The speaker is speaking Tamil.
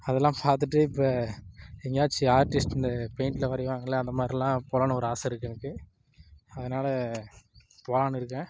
அதெலான் பார்த்துட்டு இப்போ எங்கேயாச்சும் ஆர்ட்டிஸ்ட்ன்னு பெயிண்ட்டில் வரைவாங்கள்ல அந்த மாதிரில்லான் போலான்னு ஒரு ஆசை இருக்கு எனக்கு அதனால் போலான்னு இருக்கேன்